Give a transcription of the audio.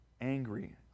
angry